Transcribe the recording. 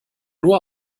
nur